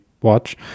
watch